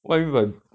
what do you mean by